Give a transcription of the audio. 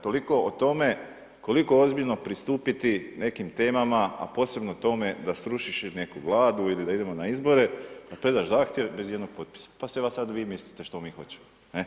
Toliko o tome, koliko ozbiljno pristupiti nekim temama, a posebno tome, da srušiš neku vladu ili da idemo na izbore, da predaš zahtjev bez ijednog potpisa, pa si vi sad mislite što mi hoćete.